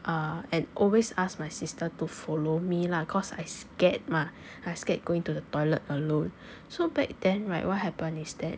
uh and always ask my sister to follow me lah cause I scared mah I scared going to the toilet alone so back then right what happen is that